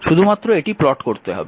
শুধুমাত্র এটি প্লট করতে হবে